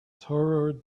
toward